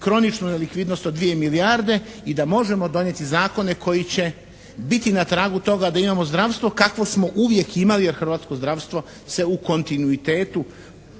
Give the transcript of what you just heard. kroničnu nelikvidnost od 2 milijarde i da možemo donijeti zakone koji će biti na tragu toga da imamo zdravstvo kakvo smo uvijek imali jer hrvatsko zdravstvo se u kontinuitetu